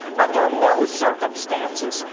under no circumstances,